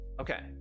Okay